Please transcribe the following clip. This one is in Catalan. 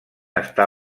està